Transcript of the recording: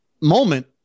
moment